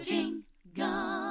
Jingle